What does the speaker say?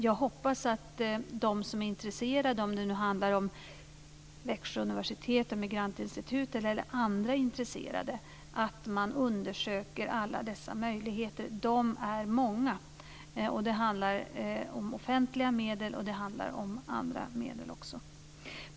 Jag hoppas att de som är intresserade - det kan handla om Växjö universitet och Emigrantinstitutet eller andra intresserade - undersöker alla dessa möjligheter. De är många. Det handlar om offentliga medel och andra medel.